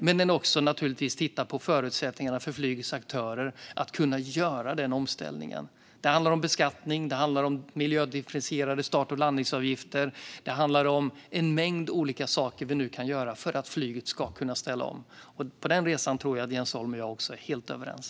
Men vi måste naturligtvis också titta på förutsättningarna för flygets aktörer att göra den omställningen. Det handlar om beskattning, om miljödifferentierade start och landningsavgifter och en mängd olika saker som vi nu kan göra för att flyget ska kunna ställa om. Om den resan tror jag att Jens Holm och jag är helt överens.